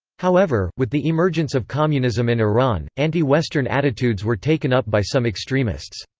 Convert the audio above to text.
however, with the emergence of communism in iran, anti-western attitudes were taken up by some extremists.